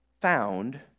found